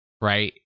Right